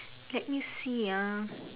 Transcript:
let me see ah